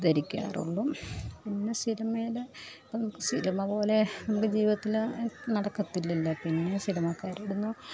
ധരിക്കാറുള്ളു പിന്നെ സിനിമയിൽ ഇപ്പം സിനിമ പോലെ നമുക്ക് ജീവിതത്തിൽ നടക്കത്തില്ലല്ലോ പിന്നെ സിനിമക്കാരിടുന്നു